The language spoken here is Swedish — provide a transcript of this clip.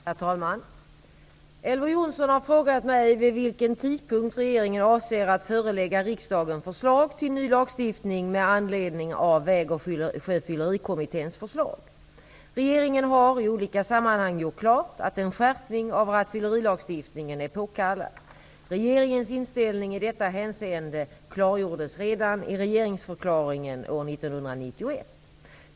Herr talman! Elver Jonsson har frågat mig vid vilken tidpunkt regeringen avser att förelägga riksdagen förslag till ny lagstiftning med anledning av Väg och sjöfyllerikommitténs förslag. Regeringen har i olika sammanhang gjort klart att en skärpning av rattfyllerilagstiftningen är påkallad. Regeringens inställning i detta hänseende klargjordes redan i regeringsförklaringen år 1991.